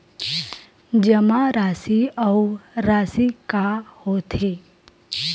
जमा राशि अउ राशि का होथे?